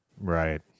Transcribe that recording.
right